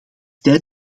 tijd